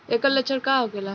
ऐकर लक्षण का होखेला?